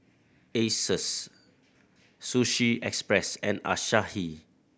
Asus Sushi Express and Asahi